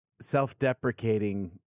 self-deprecating